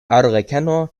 arlekeno